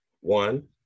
One